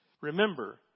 Remember